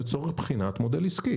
לצורך בחינת מודל עסקי.